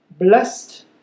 blessed